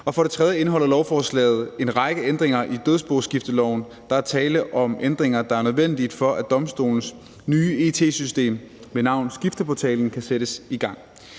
For det tredje indeholder lovforslaget en række ændringer i dødsboskifteloven. Der er tale om ændringer, der er nødvendige, for at domstolenes nye it-system ved navn Skifteportalen kan sættes i gang.